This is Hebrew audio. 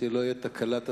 כדי שלא תהיה תקלת הצבעה.